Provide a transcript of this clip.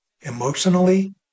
emotionally